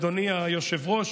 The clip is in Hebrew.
אדוני היושב-ראש,